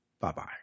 Bye-bye